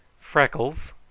freckles